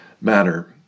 matter